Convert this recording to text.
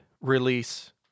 release